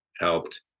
helped